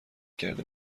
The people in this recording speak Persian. کرده